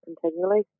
continually